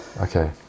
Okay